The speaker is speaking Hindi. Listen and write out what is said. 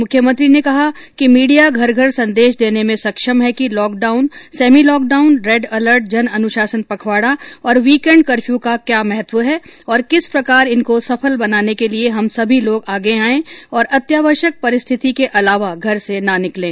मुख्यमंत्री ने कहा कि मीडिया घर घर संदेश देने में सक्षम है कि lockdown semi lockdown red alert जन अनुशासन पखवाड़ा और वीकएण्ड कर्फ्यू का क्या महत्व है और किस प्रकार इनको सफल बनाने के लिए हम सभी लोग आगे आयें और अत्यावश्यक परिस्थिति के अलावा घर से ना निकलें